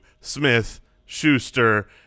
Smith-Schuster